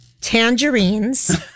tangerines